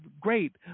great